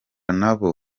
nabo